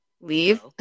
leave